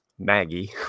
Maggie